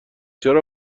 چرا